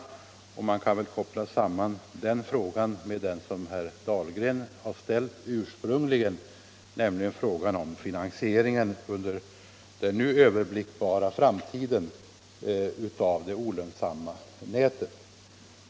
Denna fråga kan väl kopplas samman med den som herr Dahlgren ursprungligen ställt beträffande finansieringen under den nu överblickbara framtiden av det olönsamma nätet.